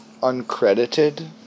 uncredited